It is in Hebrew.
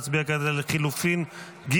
נצביע כעת על לחלופין ג'.